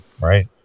Right